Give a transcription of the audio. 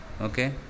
okay